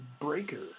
Breaker